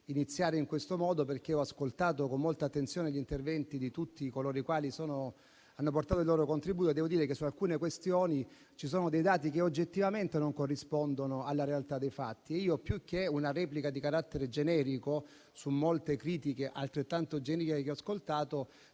iniziare in questo modo perché ho ascoltato con molta attenzione gli interventi di tutti coloro i quali hanno portato il loro contributo e devo dire che su alcune questioni ci sono dei dati che oggettivamente non corrispondono alla realtà dei fatti. Io, più che una replica di carattere generico su molte critiche altrettanto generiche che ho ascoltato,